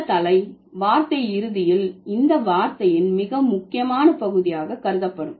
இந்த தலை வார்த்தை இறுதியில் இந்த வார்த்தையின் மிக முக்கியமான பகுதியாக கருதப்படும்